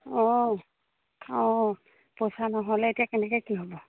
অঁ অঁ পইচা নহ'লে এতিয়া কেনেকৈ কি হ'ব